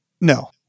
No